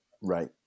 right